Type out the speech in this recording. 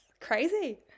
crazy